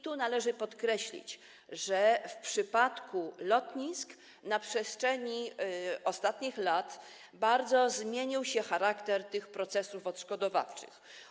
Tu należy podkreślić, że w przypadku lotnisk na przestrzeni ostatnich lat bardzo zmienił się charakter tych procesów odszkodowawczych.